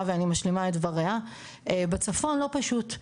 ואני משלימה את דבריה - בצפון לא פשוט,